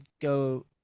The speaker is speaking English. go